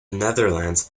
netherlands